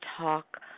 talk